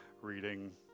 reading